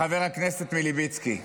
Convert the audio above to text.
ואני רוצה להגיד משהו לחבר הכנסת מלביצקי,